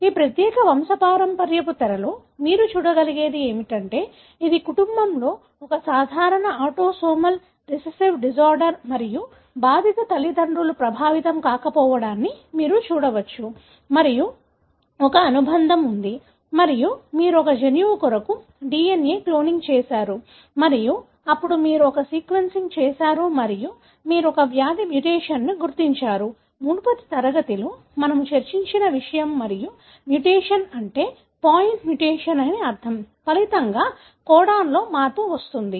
ఈ ప్రత్యేక వంశపారంపర్యపు తెరలో మీరు చూడగలిగేది ఏమిటంటే ఇది కుటుంబంలో ఒక సాధారణ ఆటోసోమల్ రిసెసివ్ డిజార్డర్ మరియు బాధిత తల్లిదండ్రులు ప్రభావితం కాకపోవడాన్ని మీరు చూడవచ్చు మరియు ఒక అనుబంధం ఉంది మరియు మీరు ఒక జన్యువు కొరకు DNA క్లోనింగ్ చేసారు మరియు అప్పుడు మీరు ఒక సీక్వెన్సింగ్ చేశారు మరియు మీరు ఒక వ్యాధి మ్యుటేషన్ను గుర్తించారు మునుపటి తరగతిలో మనము చర్చించిన విషయం మరియు మ్యుటేషన్ అంటే పాయింట్ మ్యుటేషన్ అని అర్థం ఫలితంగా కోడాన్లో మార్పు వస్తుంది